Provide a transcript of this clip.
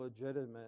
legitimate